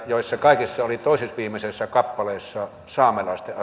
joissa kaikissa oli toiseksi viimeisessä kappaleessa saamelaisten